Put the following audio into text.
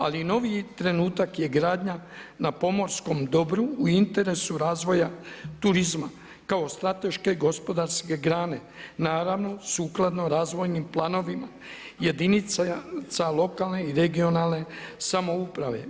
Ali noviji trenutak je gradnja na pomorskom dobru, u interesu razvoja turizma kao strateške gospodarske grane naravno sukladno razvojnim planovima jedinica lokalne i regionalne samouprave.